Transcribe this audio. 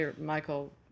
Michael